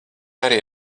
arī